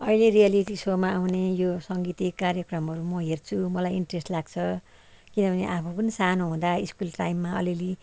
अहिले रियालिटी सोमा आउने यो सङ्गीतिक कार्यक्रमहरू म हेर्छु मलाई इन्ट्रेस लाग्छ किनभने आफू पनि सानो हुदाँ स्कुल टाइममा अलिअलि